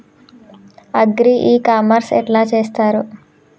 Agri e commerce ఎట్ల చేస్తరు?